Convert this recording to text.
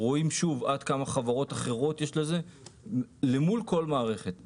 רואים שוב עד כמה חברות אחרות יש לזה למול כל מערכת.